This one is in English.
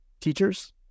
teachers